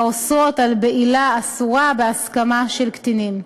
באיסור בעילה אסורה בהסכמה של קטינים.